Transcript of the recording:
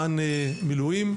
ראש ענף מילואים,